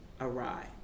awry